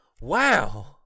wow